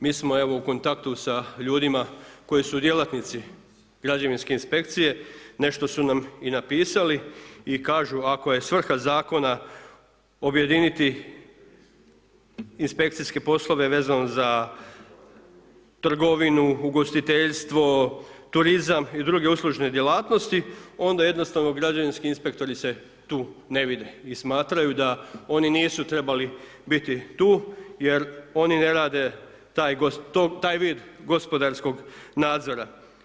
Mi smo evo u kontaktu sa ljudima koji su djelatnici građevinske inspekcije, nešto su nam i napisali i kažu ako je svrha zakona objediniti inspekcijske poslove, vezano za trgovinu, ugostiteljstvo, turizam i druge uslužne djelatnosti, onda jednostavno građevinski inspektori se tu ne vide i smatraju da oni nisu trebali biti tu, jer oni ne rade taj vid gospodarskog nadzora.